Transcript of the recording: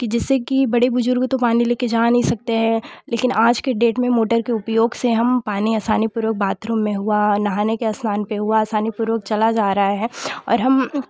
जिससे की बड़े बुजुर्ग तो पानी लेके जा नहीं सकते हैं लेकिन आज की डेट में मोटर के उपयोग से हम पानी आसानीपूर्वक बाथरूम में हुआ नहाने के स्थान पे हुआ आसानी पूर्वक चला जा रहा है और हम